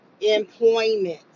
employment